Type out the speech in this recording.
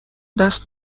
دست